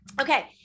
Okay